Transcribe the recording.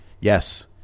Yes